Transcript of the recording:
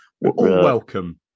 welcome